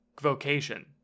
vocation